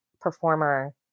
performer